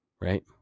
right